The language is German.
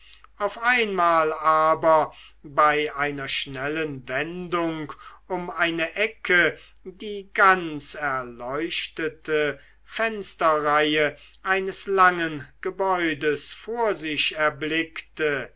auf einmal aber bei einer schnellen wendung um eine ecke die ganz erleuchtete fensterreihe eines langen gebäudes vor sich erblickte